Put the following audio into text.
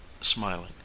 smiling